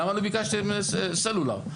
למה לא ביקשתם סלולר?